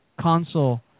console